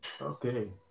Okay